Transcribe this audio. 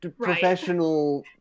professional